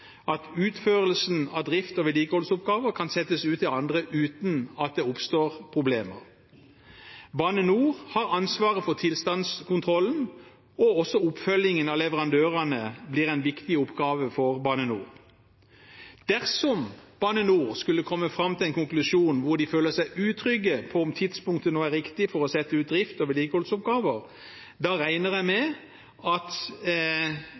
at utførelsen av drifts- og vedlikeholdsoppgaver kan settes ut til andre, uten at det oppstår problemer. Bane NOR har ansvaret for tilstandskontrollen, og også oppfølgningen av leverandørene blir en viktig oppgave for Bane NOR. Dersom Bane NOR skulle komme fram til en konklusjon om at de føler seg utrygge på om tidspunktet nå er riktig for å sette ut drift og vedlikeholdsoppgaver, regner jeg med at